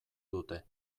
dute